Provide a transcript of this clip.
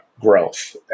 growth